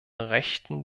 rechten